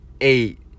eight